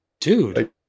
Dude